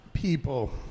people